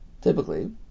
Typically